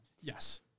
Yes